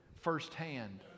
firsthand